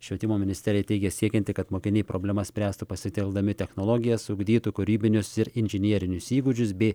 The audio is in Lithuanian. švietimo ministerija teigia siekianti kad mokiniai problemas spręstų pasitelkdami technologijas ugdytų kūrybinius ir inžinerinius įgūdžius bei